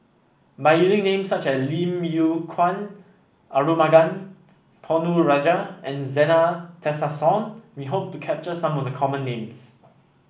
by using names such as Lim Yew Kuan Arumugam Ponnu Rajah and Zena Tessensohn we hope to capture some of the common names